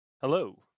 Hello